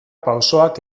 pausoak